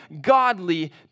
godly